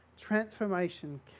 transformation